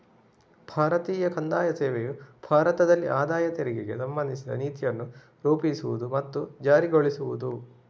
ಭಾರತೀಯ ಕಂದಾಯ ಸೇವೆಯು ಭಾರತದಲ್ಲಿ ಆದಾಯ ತೆರಿಗೆಗೆ ಸಂಬಂಧಿಸಿದ ನೀತಿಯನ್ನು ರೂಪಿಸುವುದು ಮತ್ತು ಜಾರಿಗೊಳಿಸುವುದು